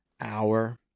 hour